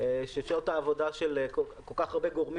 שכל כך הרבה גורמים,